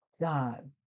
God